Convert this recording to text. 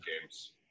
games